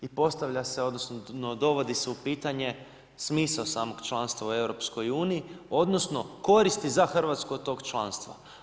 I postavlja se odnosno dovodi se u pitanje smisao samog članstva u EU, odnosno koristi za Hrvatsku od tog članstva.